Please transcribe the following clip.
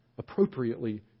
appropriately